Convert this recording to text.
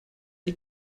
die